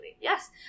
yes